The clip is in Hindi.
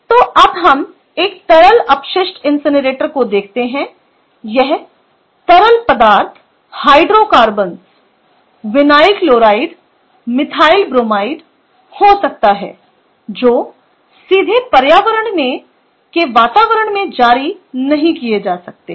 तो अब हम एक तरल अपशिष्ट इनसिनरेटर को देखते हैं यह तरल पदार्थ hydrocarbon vinyl chloride methyl bromide हो सकता है जो सीधे पर्यावरण के वातावरण में जारी नहीं किया जा सकते हैं